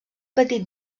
petit